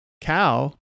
cow